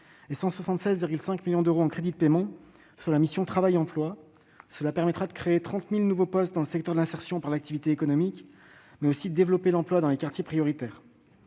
et 176,5 millions d'euros en crédits de paiement sur la mission « Travail et emploi ». Ces moyens supplémentaires permettront de créer 30 000 nouveaux postes dans le secteur de l'insertion par l'activité économique, mais aussi de développer l'emploi dans les quartiers prioritaires.